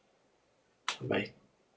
bye